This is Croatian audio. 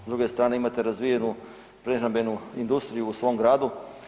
S druge strane imate razvijenu prehrambenu industriju u svoj gradu.